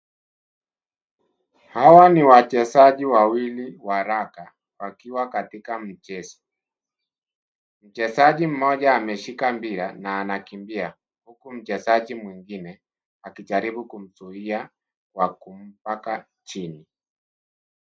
Hawa ni wachezaji wawili wa raga wakiwa katika mchezo. Mchezaji mmoja ameshika mpira na anakimbia, huku mchezaji mwingine akijaribu kumzuia kwa kumpaka chini.